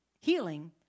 healing